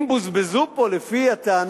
אם בוזבזו פה, לפי הטענה,